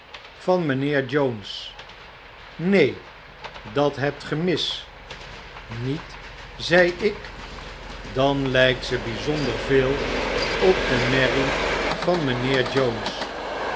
van mynheer jones i neen dathebtgemis niet zei ik dan ijjkt ze byzonder veel op de merrie van mynheer jones